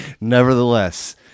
nevertheless